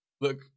look